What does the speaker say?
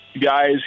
guys